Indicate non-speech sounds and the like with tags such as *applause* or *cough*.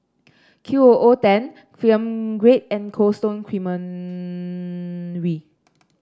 Qooten Film Grade and Cold Stone Creamery *noise*